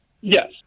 Yes